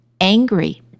angry